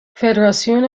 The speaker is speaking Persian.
فدراسیون